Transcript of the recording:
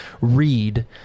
read